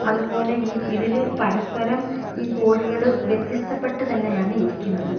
അതുപോലെ ഈ ഇതിൽ പരസ്പരം ഈ കോഴികൾ വ്യത്യസ്തപ്പെട്ടു തന്നെയാണ് ഇരിക്കുന്നത്